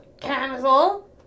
camisole